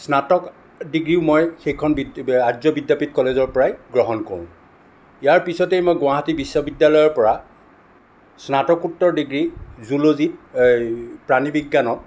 স্নাতক ডিগ্ৰীও মই সেইখন আৰ্য বিদ্য়াপীঠ কলেজৰ পৰাই গ্ৰহণ কৰোঁ ইয়াৰ পিছতেই মই গুৱাহাটী বিশ্ববিদ্য়ালয়ৰ পৰা স্নাতকোত্তৰ ডিগ্ৰী জুল'জীত এই প্ৰাণীবিজ্ঞানত